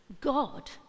God